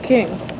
King's